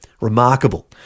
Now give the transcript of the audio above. Remarkable